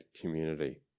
community